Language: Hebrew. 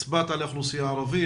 הצבעת על האוכלוסייה הערבית,